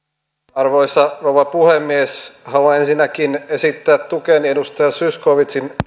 arvoisa rouva puhemies haluan ensinnäkin esittää tukeni edustaja zyskowiczin